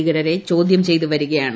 ഭീകരരെ ചോദ്യാ ചെയ്തുവരികയാണ്